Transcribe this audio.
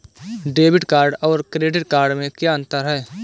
Debit card और credit card में क्या अंतर है?